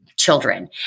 children